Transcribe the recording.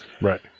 right